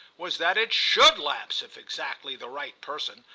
was that it should lapse if exactly the right person,